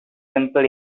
simple